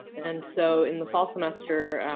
and so in the fall semester,